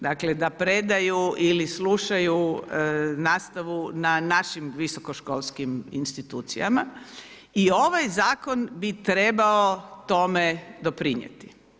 Dakle da predaju ili slušaju nastavu na našim visokoškolskim institucijama i ovaj Zakon bi trebao tome doprinijeti.